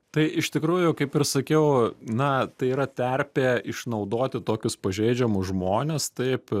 tai iš tikrųjų kaip ir sakiau na tai yra terpė išnaudoti tokius pažeidžiamus žmones taip